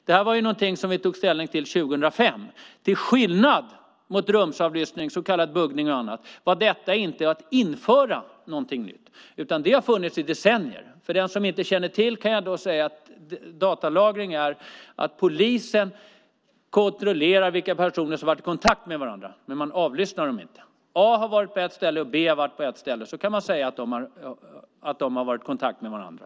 Det tog vi ställning till 2005. Till skillnad från rumsavlyssning, så kallad buggning, gällde detta inte om att införa någonting nytt, utan det har funnits i decennier. För den som inte känner till det kan jag säga att datalagring gör att polisen kan kontrollera vilka personer som har varit i kontakt med varandra, men man avlyssnar dem inte. A har varit på ett ställe, B har varit på ett ställe, och sedan kan man se att de har varit i kontakt med varandra.